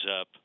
up